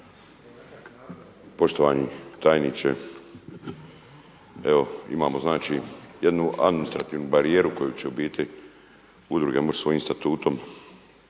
Poštovani tajniče, evo imamo znači jednu administrativnu barijeru koju će u biti udruge moći svojim Statutom